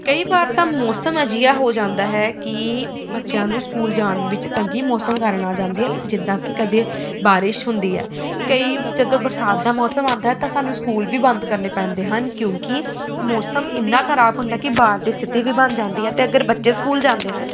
ਕਈ ਵਾਰ ਤਾਂ ਮੌਸਮ ਅਜਿਹਾ ਹੋ ਜਾਂਦਾ ਹੈ ਕਿ ਬੱਚਿਆਂ ਨੂੰ ਸਕੂਲ ਜਾਣ ਵਿੱਚ ਤੰਗੀ ਮੌਸਮ ਕਾਰਣ ਆ ਜਾਂਦੀ ਹੈ ਜਿੱਦਾਂ ਕਿ ਕਦੇ ਬਾਰਿਸ਼ ਹੁੰਦੀ ਆ ਕਈ ਜਦੋਂ ਬਰਸਾਤ ਦਾ ਮੌਸਮ ਆਉਂਦਾ ਤਾਂ ਸਾਨੂੰ ਸਕੂਲ ਵੀ ਬੰਦ ਕਰਨੇ ਪੈਂਦੇ ਹਨ ਕਿਉਂਕਿ ਮੌਸਮ ਇੰਨਾ ਖਰਾਬ ਹੁੰਦਾ ਕਿ ਬਾੜ੍ਹ ਦੀ ਸਥਿਤੀ ਵੀ ਬਣ ਜਾਂਦੀ ਹੈ ਅਤੇ ਅਗਰ ਬੱਚੇ ਸਕੂਲ ਜਾਂਦੇ ਹਨ